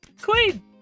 queen